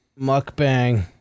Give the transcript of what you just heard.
Mukbang